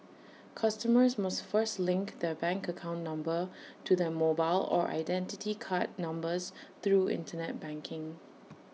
customers must first link their bank account number to their mobile or Identity Card numbers through Internet banking